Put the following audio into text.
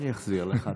אני אחזיר לך.